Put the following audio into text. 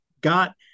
got